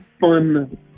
fun